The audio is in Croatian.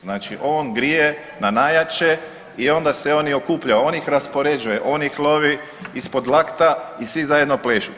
Znači on grije na najjače i onda se oni okupljaju, on ih raspoređuje, on ih lovi ispod lakta i svi zajedno plešu.